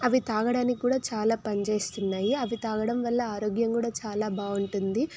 అవి తాగడానికి కూడా చాలా పని చేస్తున్నాయి అవి తాగడం వల్ల ఆరోగ్యం కూడా చాలా బాగుంటుంది